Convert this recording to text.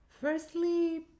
firstly